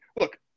look